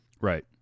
Right